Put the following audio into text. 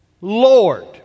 Lord